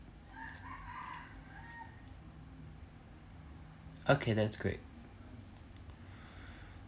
okay that's great